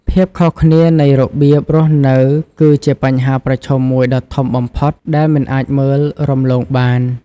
ភាពខុសគ្នានៃរបៀបរស់នៅគឺជាបញ្ហាប្រឈមមួយដ៏ធំបំផុតដែលមិនអាចមើលរំលងបាន។